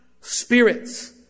spirits